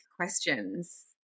questions